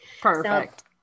Perfect